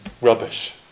Rubbish